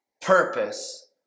purpose